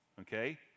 okay